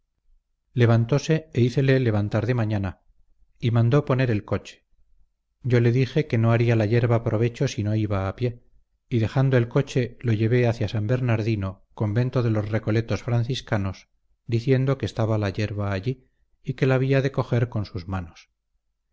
levantóse e hícele levantar de mañana y mandó poner el coche yo le dije que no haría la yerba provecho sino iba a pie y dejando el coche lo llevé hacia san bernardino convento de los recoletos franciscanos diciendo que estaba la yerba allí y que la había de coger con sus manos